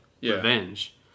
revenge